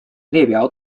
列表